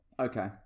Okay